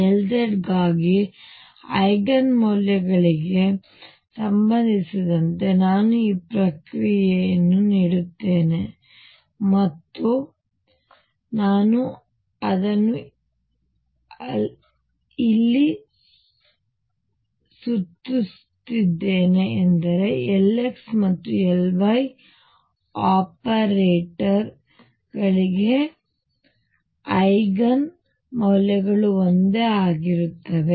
ಆದರೆ Lz ಗಾಗಿ eigen ಮೌಲ್ಯಗಳಿಗೆ ಸಂಬಂಧಿಸಿದಂತೆ ನಾನು ಈ ಪ್ರತಿಕ್ರಿಯೆಯನ್ನು ನೀಡುತ್ತೇನೆ ಮತ್ತು ನಾನು ಅದನ್ನು ಇಲ್ಲಿ ಸುತ್ತುತ್ತಿದ್ದೇನೆ ಎಂದರೆ Lx ಮತ್ತು Ly ಆಪರೇಟರ್ಗಳಿಗೆ ಐಗನ್ ಮೌಲ್ಯಗಳು ಒಂದೇ ಆಗಿರುತ್ತವೆ